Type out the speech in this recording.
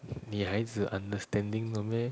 女孩子 understanding 的 meh